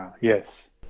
Yes